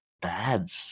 bad